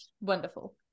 Wonderful